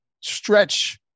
stretch